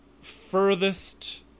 furthest